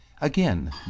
Again